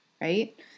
right